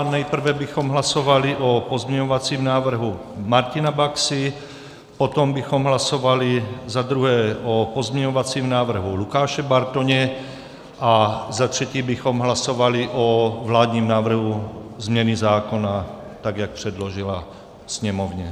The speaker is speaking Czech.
Nejprve bychom hlasovali o pozměňovacím návrhu Martina Baxy, potom bychom hlasovali za druhé o pozměňovacím návrhu Lukáše Bartoně a za třetí bychom hlasovali o vládním návrhu změny zákona, tak jak jej předložila Sněmovně.